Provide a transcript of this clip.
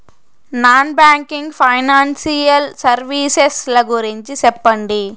Non banking financial services ల గురించి సెప్పండి?